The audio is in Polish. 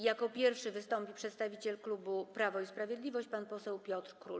Jako pierwszy wystąpi przedstawiciel klubu Prawo i Sprawiedliwość pan poseł Piotr Król.